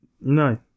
No